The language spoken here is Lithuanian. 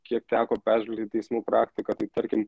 kiek teko peržvelgti teismų praktiką tai tarkim